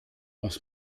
aus